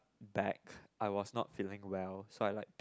back I was not feeling well so I was like puke